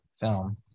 film